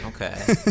Okay